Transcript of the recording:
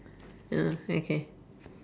ya okay